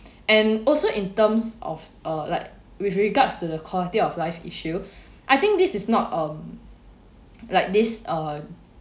and also in terms of uh like with regards to the quality of life issue I think this is not um like this uh